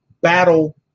battle